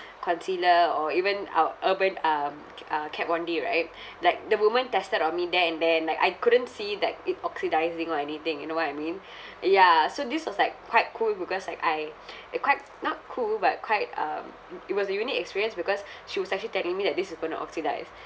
concealer or even uh urban um K uh Kat von D right like the woman tested on me there and then like I couldn't see like it oxidising or anything you know what I mean ya so this was like quite cool because like I uh quite not cool but quite um i~ it was a unique experience because she was actually telling me that this is going to oxidise